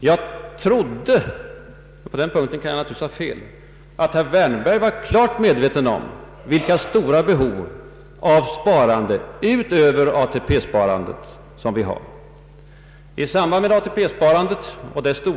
Jag trodde — men på den punkten har jag tydligen fel — att herr Wärnberg var klart medveten om vilket stort behov av sparan de som föreligger utöver ATP-sparandet.